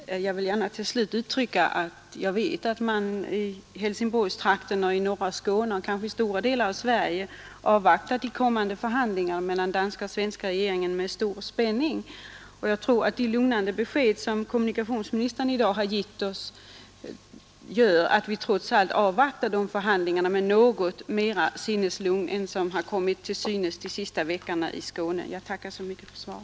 Herr talman! Jag vill gärna till slut säga att jag vet att man i Helsingborgstrakten, i norra Skåne och kanske i stora delar av Sverige avvaktar de kommande förhandlingarna mellan den danska och den svenska regeringen med stor spänning. Jag tror att de lugnande besked — Jag tackar så mycket för svaret. Ang. kostnads som kommunikationsministern i dag har gett oss gör att vi trots allt avvaktar dessa förhandlingar med något mera sinneslugn än som har